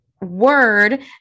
word